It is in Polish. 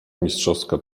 mistrzowska